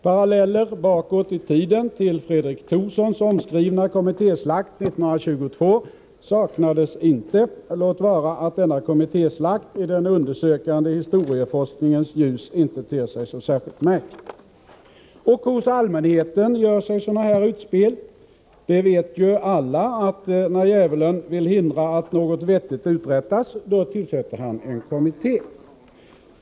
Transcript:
Paralleller bakåt i tiden till Fredrik Thorssons omskrivna kommittéslakt år 1922 saknades inte — låt vara att denna kommittéslakt i den undersökande historieforskningens ljus inte ter sig så särskilt märklig. Hos allmänheten gör sig sådana här utspel. Det vet ju alla att när djävulen vill hindra att något vettigt uträttas, då tillsätter han en kommitté.